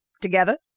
together